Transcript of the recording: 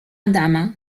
adama